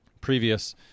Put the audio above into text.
previous